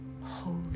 holy